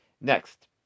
Next